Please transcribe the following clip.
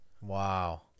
Wow